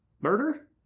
murder